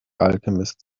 alchemist